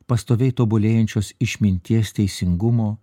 pastoviai tobulėjančios išminties teisingumo